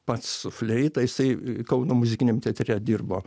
pats su fleita jisai kauno muzikiniam teatre dirbo